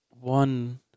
One